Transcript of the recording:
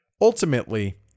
Ultimately